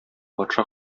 патша